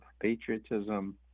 patriotism